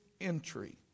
entry